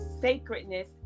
sacredness